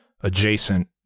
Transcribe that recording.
adjacent